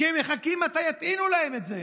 כי הם מחכים שיטעינו להם אותו.